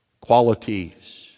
qualities